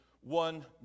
one